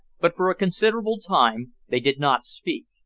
but for a considerable time they did not speak.